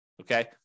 Okay